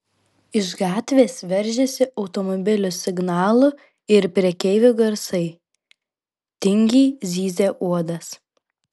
iš gatvės veržėsi automobilių signalų ir prekeivių garsai tingiai zyzė uodas